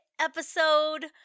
episode